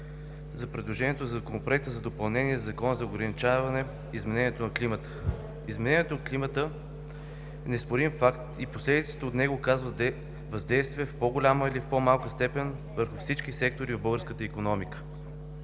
за предложението за Законопроекта за допълнение на Закона за ограничаване изменението на климата. Изменението на климата е неоспорим факт и последиците от него, казвате, въздействат в по-голяма или в по-малка степен върху всички сектори в българската икономика.